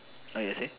sorry you're saying